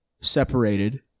separated